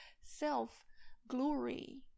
self-glory